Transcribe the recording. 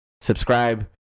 subscribe